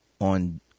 On